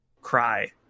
cry